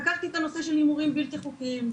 חקרתי את הנושא של הימורים בלתי חוקיים.